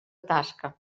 tasca